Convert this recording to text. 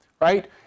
right